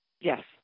Yes